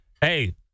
Hey